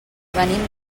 venim